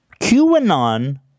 QAnon